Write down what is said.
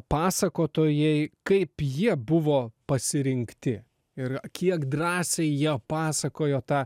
pasakotojai kaip jie buvo pasirinkti ir kiek drąsiai jie pasakojo tą